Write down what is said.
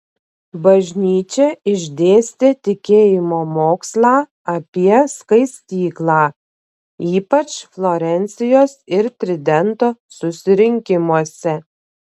bažnyčia išdėstė tikėjimo mokslą apie skaistyklą ypač florencijos ir tridento susirinkimuose